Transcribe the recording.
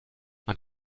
man